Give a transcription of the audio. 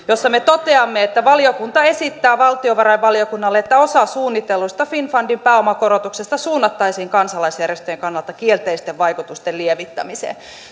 jossa me toteamme että valiokunta esittää valtiovarainvaliokunnalle että osa suunnitellusta finnfundin pääomakorotuksesta suunnattaisiin kansalaisjärjestöjen kannalta kielteisten vaikutusten lievittämiseen